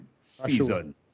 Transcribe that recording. season